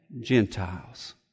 Gentiles